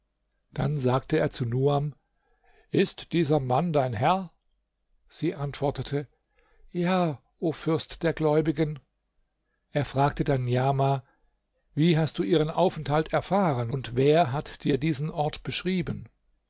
dann sagte er zu nuam ist dieser mann dein herr sie antwortete ja o fürst der gläubigen er fragte dann niamah wieso hast du ihren aufenthalt erfahren und wer hat dir diesen ort beschrieben